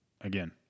again